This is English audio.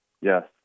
Yes